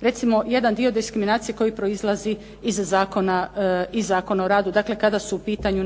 Recimo jedan dio diskriminacije koji proizlazi iz Zakona o radu, dakle kada su u pitanju